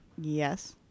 Yes